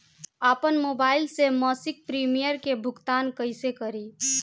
आपन मोबाइल से मसिक प्रिमियम के भुगतान कइसे करि?